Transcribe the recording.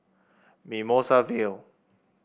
Mimosa Vale